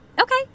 Okay